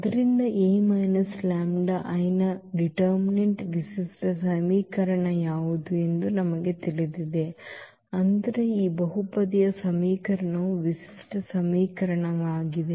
ಆದ್ದರಿಂದ ಈ A λI ನ ನಿರ್ಣಾಯಕವಾದ ವಿಶಿಷ್ಟ ಸಮೀಕರಣ ಯಾವುದು ಎಂದು ನಮಗೆ ತಿಳಿದಿದೆ ಅಂದರೆ ಈ ಬಹುಪದೀಯ ಸಮೀಕರಣವು ವಿಶಿಷ್ಟ ಸಮೀಕರಣವಾಗಿದೆ